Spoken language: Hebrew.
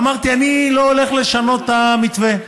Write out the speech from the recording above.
אמרתי, אני לא הולך לשנות את המתווה,